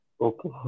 Okay